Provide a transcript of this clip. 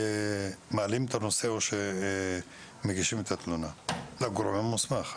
שמעלים את הנושא או מגישים את התלונה לגורם המוסמך?